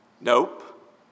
Nope